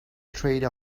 trade